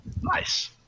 Nice